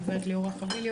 גב' ליאורה חביליו,